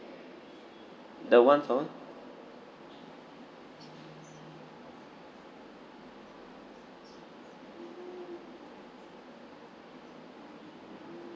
the one for